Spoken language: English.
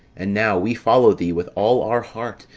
and now we follow thee with all our heart,